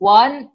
one